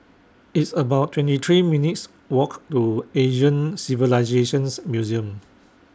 It's about twenty three minutes' Walk to Asian Civilisations Museum